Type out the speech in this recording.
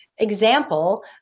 example